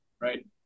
right